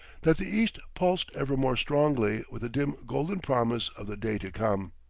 that the east pulsed ever more strongly with the dim golden promise of the day to come.